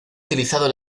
utilizado